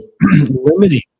limiting